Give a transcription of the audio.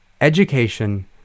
Education